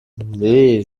nee